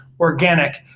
organic